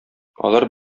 алар